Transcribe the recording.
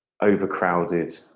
overcrowded